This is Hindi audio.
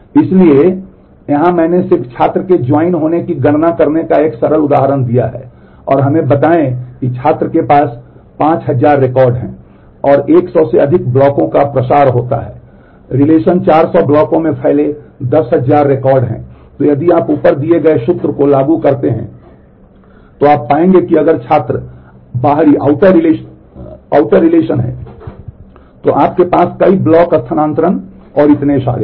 इसलिए यहां मैंने सिर्फ छात्र के जॉइन है तो आपके पास कई ब्लॉक स्थानांतरण और इतने सारे हैं